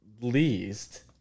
least